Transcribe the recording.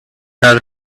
does